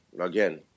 Again